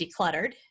decluttered